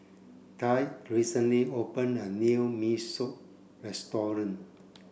Tre recently opened a new Mee Soto restaurant